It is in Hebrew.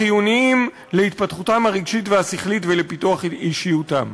החיוניים להתפתחותם הרגשית והשכלית ולפיתוח אישיותם.